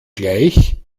gleich